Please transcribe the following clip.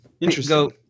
Interesting